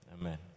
Amen